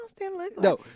No